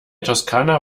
toskana